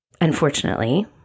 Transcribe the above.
unfortunately